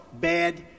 bad